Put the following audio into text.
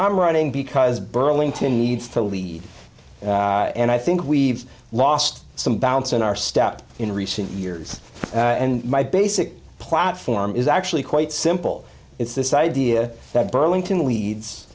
i'm running because burlington needs to lead and i think we've lost some balance in our step in recent years and my basic platform is actually quite simple it's this idea that burlington leads